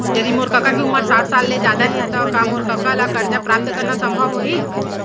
यदि मोर कका के उमर साठ साल ले जादा हे त का मोर कका ला कर्जा प्राप्त करना संभव होही